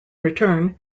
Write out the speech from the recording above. return